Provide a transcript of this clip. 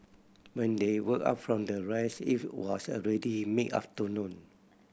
when they woke up from their rest it was already mid afternoon